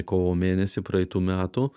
kovo mėnesį praeitų metų